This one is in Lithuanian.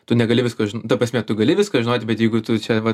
tu negali visko ta prasme tu gali viską žinoti bet jeigu tu čia va